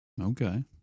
Okay